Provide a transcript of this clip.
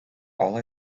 all